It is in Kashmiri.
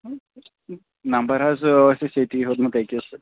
نمبر حظ ٲسۍ اَسہِ ییٚتی ہیوٚتمُت أکِس